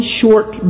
short